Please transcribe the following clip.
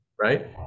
right